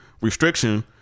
restriction –